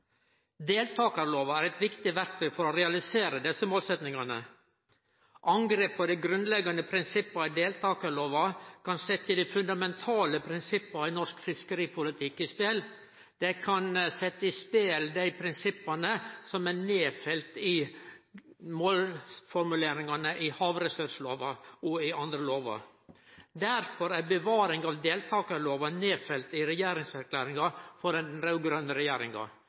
Deltakarlova er eit viktig verktøy for å realisere desse målsettingane. Angrep på dei grunnleggande prinsippa i deltakarlova kan sette dei fundamentale prinsippa i norsk fiskeripolitikk på spel. Dei kan sette på spel dei prinsippa som er nedfelte i målformuleringane i havressurslova og andre lover. Derfor er bevaring av deltakarlova nedfelt i regjeringserklæringa for den raud-grøne regjeringa. Den raud-grøne regjeringa